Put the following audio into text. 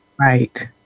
Right